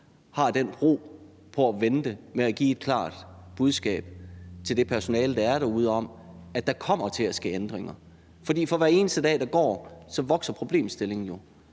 forhold til at vente med at give et klart budskab til det personale, der er derude, om, at der kommer til at ske ændringer. For for hver eneste dag der går, vokser problemstillingen jo,